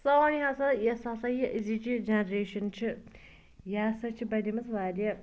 سٲنۍ ہَسا یۄس ہَسا یہِ أزِچہِ جَنریشَن چھِ یہِ ہَسا چھِ بَنے مٕژ واریاہ